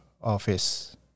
office